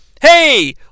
Hey